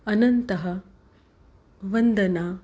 अनन्तः वन्दना